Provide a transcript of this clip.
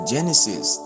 Genesis